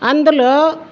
అందులో